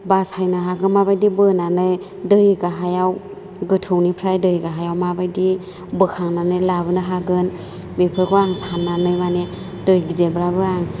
बासायनो हागौ माबायदि बोनानै दै गाहायाव गोथौनिफ्राय दै गाहायाव माबायदि बोखांनानै लाबोनो हागोन बेफोरखौ आं साननानै माने दै गिदिरब्लाबो आं